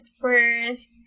first